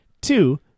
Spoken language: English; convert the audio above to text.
Two